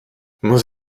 muss